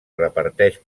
reparteix